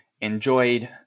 enjoyed